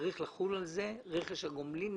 צריך לחול על זה רכש הגומלין.